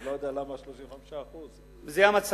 אני לא יודע למה 35%. זה המצב.